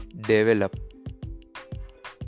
develop